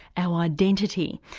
our identity?